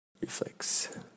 Reflex